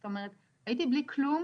זאת אומרת, הייתי בלי כלום,